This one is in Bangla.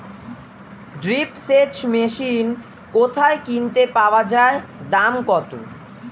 ড্রিপ সেচ মেশিন কোথায় কিনতে পাওয়া যায় দাম কত?